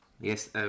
Yes